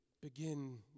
begin